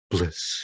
Bliss